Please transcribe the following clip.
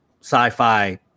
sci-fi